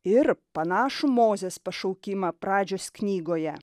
ir panašų mozės pašaukimą pradžios knygoje